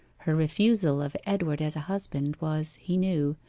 her refusal of edward as a husband was, he knew,